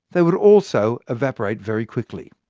they would also evaporate very quickly.